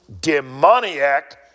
demoniac